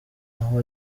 aho